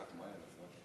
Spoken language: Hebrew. כשמדברים על השואה,